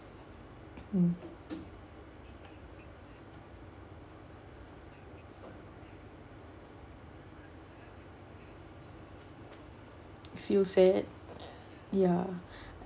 mm it feels sad ya